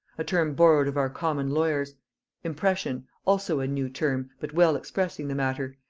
a term borrowed of our common lawyers impression, also a new term, but well expressing the matter,